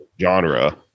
genre